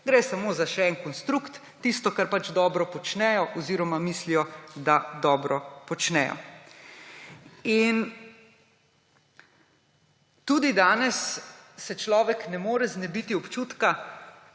Gre samo za še en konstrukt, tisto, kar pač dobro počnejo oziroma mislijo, da dobro počnejo. Tudi danes se človek ne more znebiti občutka,